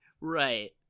Right